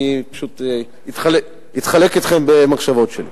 אני אתחלק אתכם במחשבות שלי.